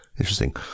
Interesting